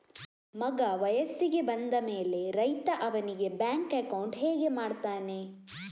ಮಗ ವಯಸ್ಸಿಗೆ ಬಂದ ಮೇಲೆ ರೈತ ಅವನಿಗೆ ಬ್ಯಾಂಕ್ ಅಕೌಂಟ್ ಹೇಗೆ ಮಾಡ್ತಾನೆ?